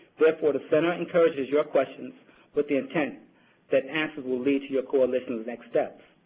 therefore, the center encourages your questions with the intent that answers will lead to your coalition's next steps.